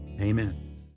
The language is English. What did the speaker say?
amen